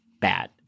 bad